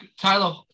Tyler